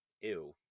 ew